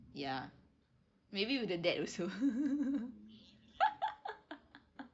ya maybe with the dad also